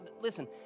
listen